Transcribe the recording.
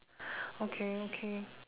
okay okay